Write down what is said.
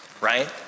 right